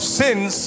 sins